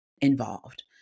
involved